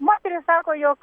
moteris sako jog